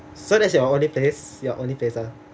so that's your only place your only place ah